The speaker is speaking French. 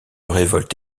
révolte